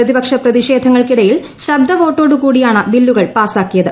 പ്രതിപക്ഷ പ്രതിഷേധങ്ങൾക്കിടയിൽ ശബ്ബ വോട്ടോടുകൂടിയാണ് ബില്ലുകൾ പാസാക്കിയത്